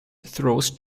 throws